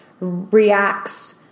reacts